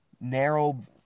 narrow